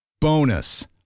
Bonus